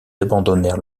abandonnèrent